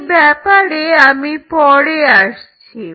এই ব্যাপারে আমি পরে আসছি